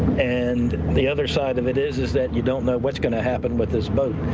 and the other side of it is is that you don't know what's going to happen with this boat.